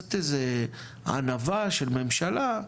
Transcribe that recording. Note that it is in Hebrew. קצת ענווה של ממשלה,